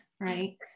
right